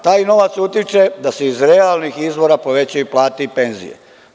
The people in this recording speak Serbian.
Taj novac utiče da se iz realnih izvora povećaju plate i penzije.